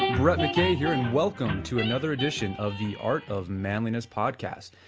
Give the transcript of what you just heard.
brett mckay here and welcome to another edition of the art of manliness podcast.